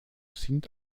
sind